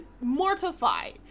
mortified